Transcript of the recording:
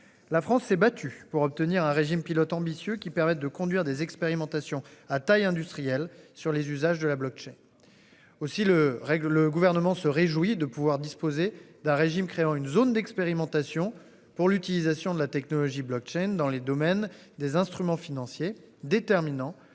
La France s'est battue pour obtenir un régime pilote ambitieux qui permette de conduire des expérimentations à taille industrielle sur les usages de la blockchain. Aussi le règle le gouvernement se réjouit de pouvoir disposer d'un régime créant une zone d'expérimentation pour l'utilisation de la technologie Blockchain dans les domaines des instruments financiers déterminant